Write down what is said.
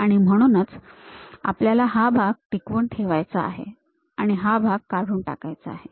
आणि म्हणूनच आपल्याला हा भाग टिकवून ठेवायचा आहे आणि हा भाग काढून टाकायचा आहे